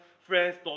friends